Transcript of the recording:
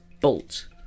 Bolt